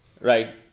right